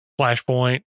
flashpoint